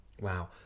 wow